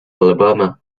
alabama